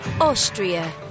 Austria